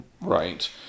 Right